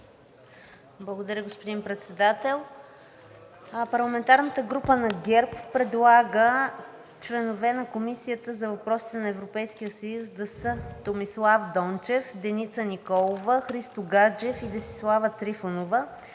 Благодаря, господин Председател. Парламентарната група на ГЕРБ-СДС предлага членове на Комисията по въпросите на Европейския съюз да са: Томислав Дончев, Деница Николова, Христо Гаджев и Десислава Трифонова,